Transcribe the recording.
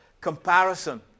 comparison